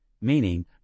meaning